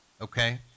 Okay